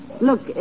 Look